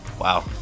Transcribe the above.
Wow